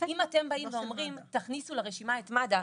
אם אתם באים ואומרים 'תכניסו לרשימה את מד"א',